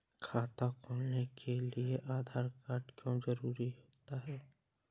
खाता खोलने के लिए आधार कार्ड क्यो जरूरी होता है?